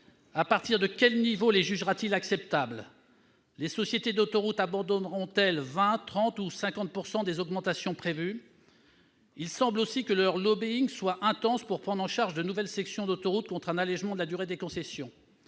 À partir de quel niveau les jugera-t-il acceptables ? Les sociétés d'autoroutes abandonneront-elles 20 %, 30 % ou 50 % des augmentations prévues ? Il semble aussi que leur lobbying soit intense pour prendre en charge de nouvelles sections d'autoroute, contre un allégement de la durée des concessions.